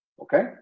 Okay